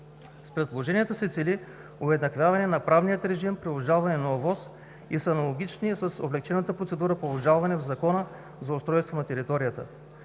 С предложенията се цели уеднаквяване на правния режим при обжалване на ОВОС и са аналогични с облекчената процедура по обжалване в Закона за устройство на територията.